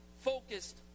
focused